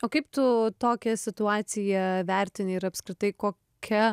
o kaip tu tokią situaciją vertini ir apskritai kokia